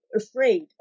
afraid